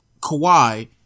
Kawhi